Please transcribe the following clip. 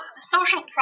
social